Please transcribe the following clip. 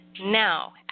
Now